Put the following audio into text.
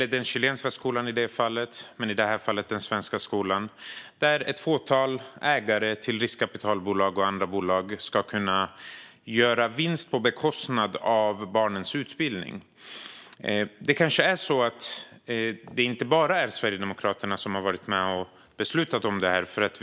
I det här fallet gäller det den svenska skolan, där ett fåtal ägare av riskkapitalbolag och andra bolag ska kunna göra vinst på bekostnad av barnens utbildning. Det kanske inte bara är Sverigedemokraterna som har varit med och beslutat om detta.